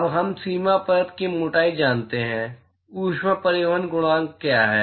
अब हम सीमा परत की मोटाई जानते हैं ऊष्मा परिवहन गुणांक क्या है